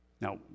Now